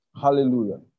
hallelujah